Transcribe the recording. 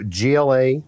GLA